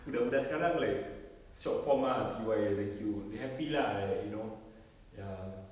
budak-budak sekarang like short form ah T_Y jer thank you dia happy lah like you know ya